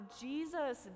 Jesus